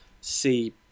see